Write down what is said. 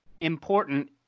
important